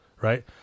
right